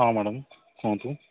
ହଁ ମ୍ୟାଡ଼ାମ୍ କୁହନ୍ତୁ